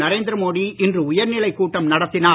நரேந்திர மோடி இன்று உயர்நிலை கூட்டம் நடத்தினார்